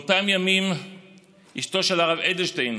באותם ימים אשתו של הרב אדלשטיין